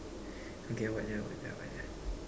okay